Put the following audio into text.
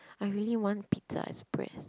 I really want Pizza Express